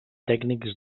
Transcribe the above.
tècnics